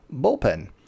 bullpen